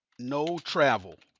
no travel.